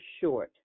short